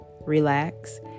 Relax